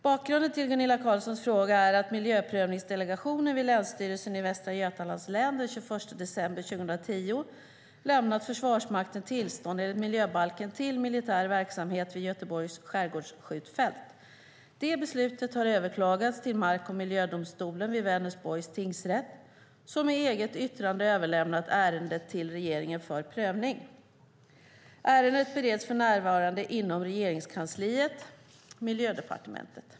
Bakgrunden till Gunilla Carlssons fråga är att miljöprövningsdelegationen vid Länsstyrelsen i Västra Götalands län den 21 december 2010 lämnat Försvarsmakten tillstånd enligt miljöbalken till militär verksamhet vid Göteborgs skärgårdsskjutfält. Det beslutet har överklagats till mark och miljödomstolen vid Vänersborgs tingsrätt, som med eget yttrande överlämnat ärendet till regeringen för prövning. Ärendet bereds för närvarande inom Regeringskansliet, Miljödepartementet.